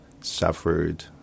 suffered